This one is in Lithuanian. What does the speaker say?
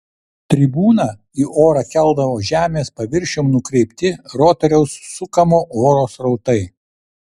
tribūną į orą keldavo žemės paviršiun nukreipti rotoriaus sukamo oro srautai